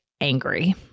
angry